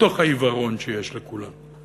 מתוך העיוורון שיש לכולם.